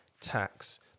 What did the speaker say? tax